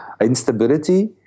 instability